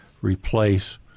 replace